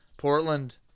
Portland